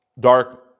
Dark